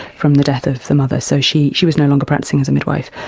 from the death of the mother, so she she was no longer practising as a midwife.